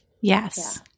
Yes